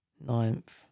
Ninth